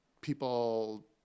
people